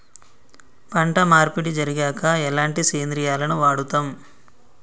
పంట మార్పిడి జరిగాక ఎలాంటి సేంద్రియాలను వాడుతం?